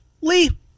lee